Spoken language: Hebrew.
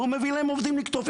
והוא מביא עובדים שיקטפו.